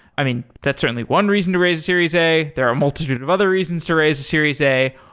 i mean, that's certainly one reason to raise a series a. there are a multitude of other reasons to raise a series a.